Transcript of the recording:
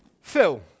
Phil